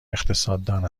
اقتصاددان